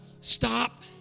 Stop